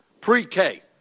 pre-K